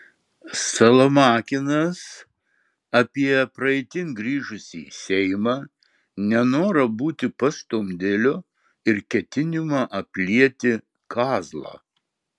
salamakinas apie praeitin grįžusį seimą nenorą būti pastumdėliu ir ketinimą aplieti kazlą